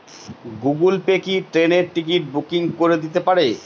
Google Pay কি ট্রেনের ticket booking করে দিতে পারে?